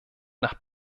nach